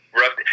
rough